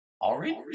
Orange